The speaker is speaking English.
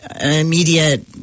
immediate